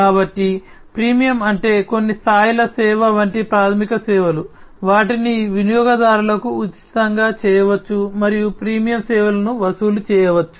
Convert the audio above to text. కాబట్టి ఫ్రీమియం అంటే కొన్ని స్థాయిల సేవ వంటి ప్రాథమిక సేవలు వాటిని వినియోగదారులకు ఉచితంగా చేయవచ్చు మరియు ప్రీమియం సేవలను వసూలు చేయవచ్చు